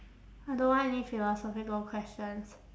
I don't want any philosophical questions